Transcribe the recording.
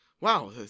wow